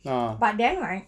ah